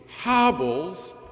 hobbles